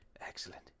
Excellent